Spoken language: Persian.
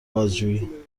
بازجویی